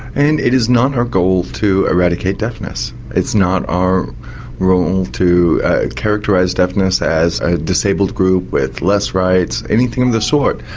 and it is not our goal to eradicate deafness. it's not our role to characterise deafness as a disabled group with less rights. anything of the sort.